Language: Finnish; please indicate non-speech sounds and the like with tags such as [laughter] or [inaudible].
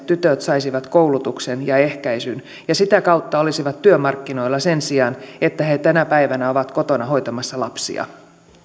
[unintelligible] tytöt saisivat koulutuksen ja ehkäisyn ja sitä kautta olisivat työmarkkinoilla sen sijaan että he tänä päivänä ovat kotona hoitamassa lapsia